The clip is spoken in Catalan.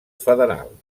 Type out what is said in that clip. federal